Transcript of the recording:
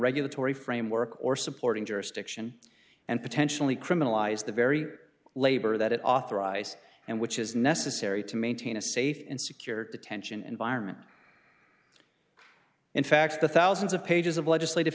regulatory framework or supporting jurisdiction and potentially criminalize the very labor that it authorized and which is necessary to maintain a safe and secure detention environment in fact the thousands of pages of legislative